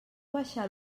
baixar